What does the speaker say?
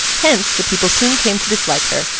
hence, the people soon came to dislike her,